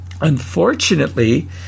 Unfortunately